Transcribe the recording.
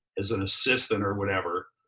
as an assistant or whatever,